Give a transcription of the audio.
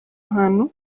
hantu